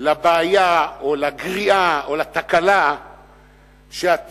לבעיה או לגריעה או לתקלה שעתיד